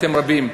אתם רבים,